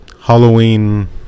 Halloween